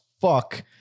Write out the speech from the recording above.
fuck